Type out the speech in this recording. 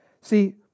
See